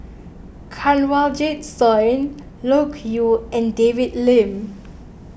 Kanwaljit Soin Loke Yew and David Lim